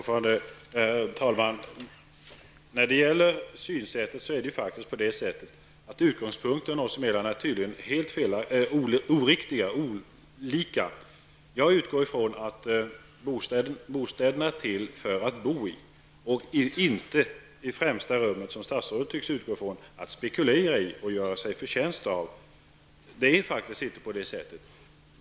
Herr talman! När det gäller synsättet har vi tydligen helt olika utgångspunkter. Jag utgår från att bostäder är till för att bo i och inte i främsta rummet, som statsrådet tycks utgå från, för att spekulera i och göra sig förtjänst av. Det är faktiskt inte på det sättet.